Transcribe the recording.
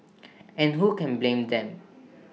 and who can blame them